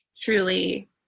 truly